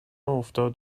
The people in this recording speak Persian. افتاد